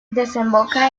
desemboca